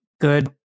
good